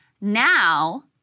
Now